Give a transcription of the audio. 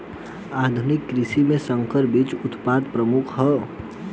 आधुनिक कृषि में संकर बीज उत्पादन प्रमुख ह